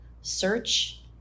search